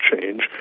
change